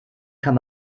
kann